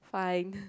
fine